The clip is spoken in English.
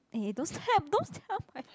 eh don't step don't step on my